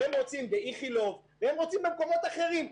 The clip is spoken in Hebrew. הם רוצים באיכילוב והם רוצים במקומות אחרים.